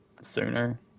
sooner